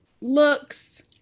looks